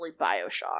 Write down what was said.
Bioshock